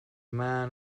man